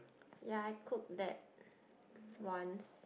ya I cooked that once